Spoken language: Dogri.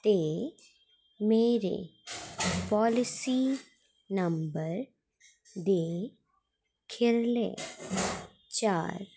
ते मेरे पालिसी नम्बर दे खीरले चार